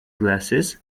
glasses